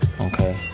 Okay